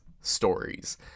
stories